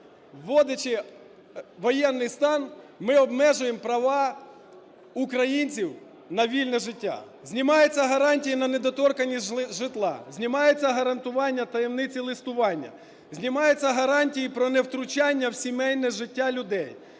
вводячи воєнний стан, ми обмежуємо права українців на вільне життя? Знімаються гарантії на недоторканність житла, знімається гарантування таємниці листування, знімаються гарантії про невтручання в сімейне життя людей.